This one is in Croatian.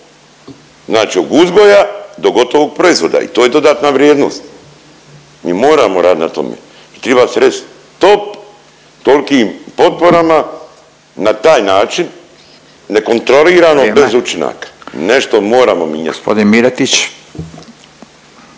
znači on uzgoja do gotovog proizvoda i to je dodatna vrijednost. Mi moramo radit na tome triba se reč stop tolkim potporama na taj način nekontrolirano bez učinaka. …/Upadica Furio